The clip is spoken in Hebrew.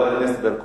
חברת הכנסת ברקוביץ,